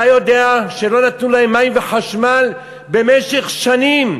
אתה יודע שלא נתנו להם מים וחשמל במשך שנים,